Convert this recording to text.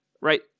right